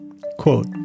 Quote